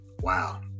wow